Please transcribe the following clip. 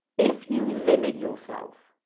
if you limit yourself,